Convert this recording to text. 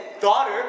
daughter